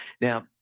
Now